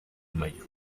mayo